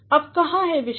अब कहाँ है विषय